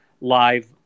live